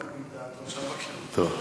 תודה.